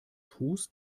fuß